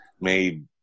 made